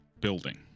building